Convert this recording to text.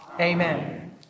Amen